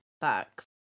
bucks